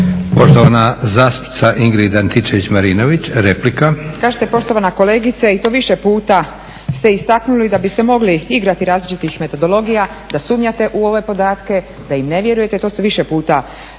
replika. **Antičević Marinović, Ingrid (SDP)** Kažete poštovana kolegice, i to više puta ste istaknuli da bi se mogli igrati različitih metodologija, da sumnjate u ove podatke, da im nevjerujete, to ste više puta ponovili